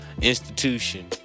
institution